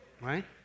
Right